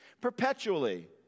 perpetually